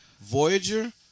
Voyager